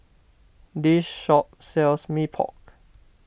this shop sells Mee Pok